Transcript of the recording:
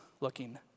looking